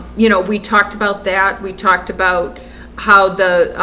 you know we talked about that we talked about how the